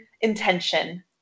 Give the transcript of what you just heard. intention